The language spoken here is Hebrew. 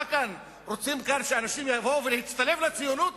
מה רוצים כאן, שאנשים יבואו להצטלב לציונות?